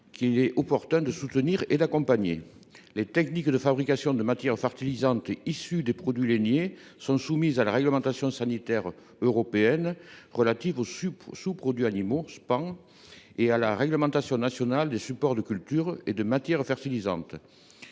qu’il est opportun de soutenir et d’accompagner. Les techniques de fabrication de matières fertilisantes issues des produits lainiers sont soumises à la réglementation sanitaire européenne relative aux sous produits animaux (Span) et à la réglementation nationale des supports de culture et de matières fertilisantes.